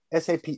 SAP